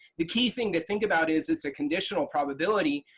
the key thing to think about is it's a conditional probability,